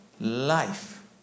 life